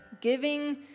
giving